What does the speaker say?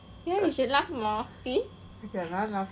you should laugh more see